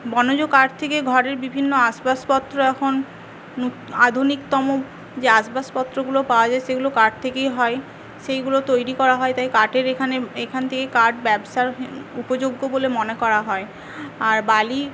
বনজ কাঠ থেকে ঘরের বিভিন্ন আসবাবপত্র এখন আধুনিকতম যে আসবাবপত্রগুলো পাওয়া যায় সেগুলো কাঠ থেকেই হয় সেইগুলো তৈরি করা হয় তাই কাঠের এখানে এখান থেকে কাঠ ব্যবসার উপযোগ্য বলে মনে করা হয় আর বালি